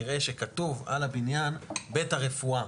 יראה שכתוב על הבניין 'בית הרפואה'.